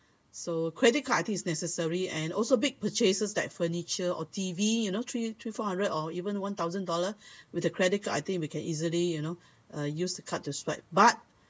credit card I think it's necessary and also big purchases like furniture or T_V you know three three four hundred or even one thousand dollars with the credit card I think we can easily you know uh use card to swipe but